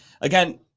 again